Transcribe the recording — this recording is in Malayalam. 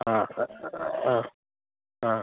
ആ ആ ആ